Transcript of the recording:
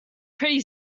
pretty